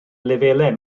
lefelau